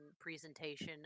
presentation